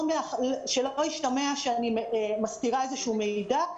שלא ישתמע שאני מסתירה איזשהו מידע.